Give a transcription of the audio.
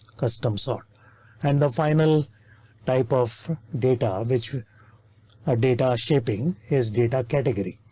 custom sort and the final type of data which data shaping is data category,